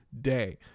day